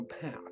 path